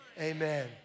Amen